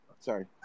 sorry